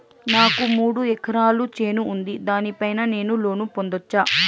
నాకు మూడు ఎకరాలు చేను ఉంది, దాని పైన నేను లోను పొందొచ్చా?